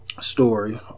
story